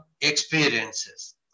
experiences